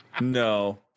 no